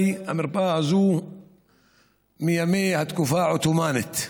המרפאה הזאת אולי מהתקופה העות'מאנית.